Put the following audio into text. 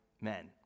men